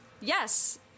yes